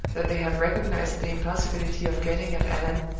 that they have recognized the impossibility of getting at allan,